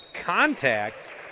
contact